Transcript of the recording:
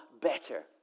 better